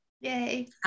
yay